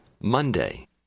Monday